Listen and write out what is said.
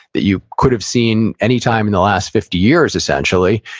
that you could have seen anytime in the last fifty years essentially.